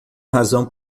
razão